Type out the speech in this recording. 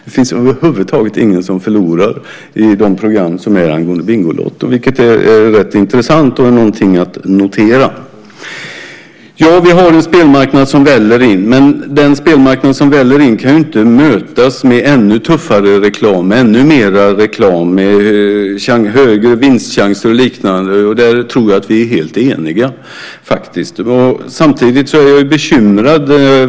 Det finns över huvud taget ingen som förlorar i de programmen. Det är rätt intressant, och det är något att notera. Ja, vi har en spelmarknad som väller in. Men den spelmarknad som väller in kan ju inte mötas med ännu tuffare reklam, ännu mer reklam med högre vinstchanser och liknande. Där tror jag faktiskt att vi är helt eniga. Samtidigt är jag bekymrad.